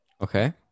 Okay